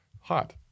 Hot